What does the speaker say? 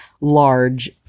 large